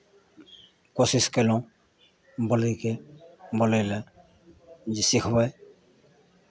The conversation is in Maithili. कोशिश कयलहुँ बोलयके बोलय लए जे सिखबै